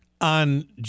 on